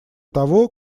того